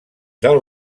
del